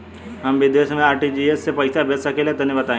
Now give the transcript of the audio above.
हम विदेस मे आर.टी.जी.एस से पईसा भेज सकिला तनि बताई?